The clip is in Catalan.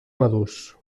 madurs